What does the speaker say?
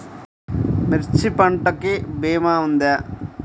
మిర్చి పంటకి భీమా ఉందా?